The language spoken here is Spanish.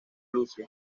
lucy